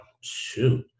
shoot